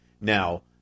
Now